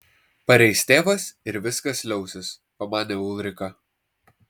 pareis tėvas ir viskas liausis pamanė ulrika